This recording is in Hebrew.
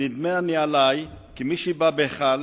נדמה אני עלי כמי שבא בהיכל